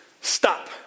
Stop